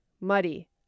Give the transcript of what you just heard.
Muddy